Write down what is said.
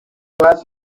was